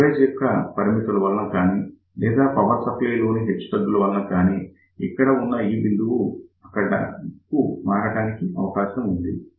device యొక్క పరిమితుల వలన కానీ లేదా పవర్ సప్లై లోని హెచ్చుతగ్గుల వలన కానీ ఇక్కడ ఉన్న ఈ బిందువు అక్కడకు మారడానికి అవకాశం ఉంది